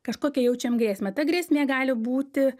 kažkokią jaučiam grėsmę ta grėsmė gali būti